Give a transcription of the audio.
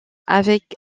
avec